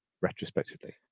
retrospectively